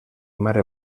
mare